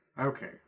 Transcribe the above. Okay